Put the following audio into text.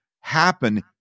happen